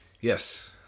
Yes